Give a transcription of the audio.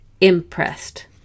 impressed